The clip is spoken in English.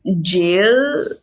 jail